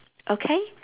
okay